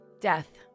Death